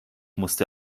musste